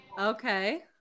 okay